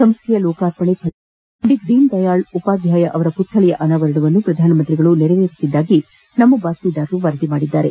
ಸಂಸ್ಥೆಯ ಲೋಕಾರ್ಪಣೆ ಫಲಕದ ಅನಾವರಣ ಪಂಡಿತ್ ದೀನ ದಯಾಳು ಉಪಾಧ್ಯಾಯ ಅವರ ಮತ್ತಳಿಯ ಅನಾವರಣವನ್ನು ಪ್ರಧಾನಮಂತ್ರಿ ಅವರು ನೆರವೇರಿಸಲಿರುವುದಾಗಿ ನಮ್ಮ ಬಾತ್ಮೀದಾರರು ವರದಿ ಮಾಡಿದ್ದಾರೆ